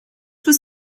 was